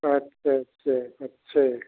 अच्छा अच्छा अच्छा है